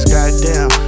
Goddamn